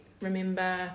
remember